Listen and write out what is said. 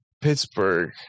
Pittsburgh